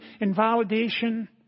invalidation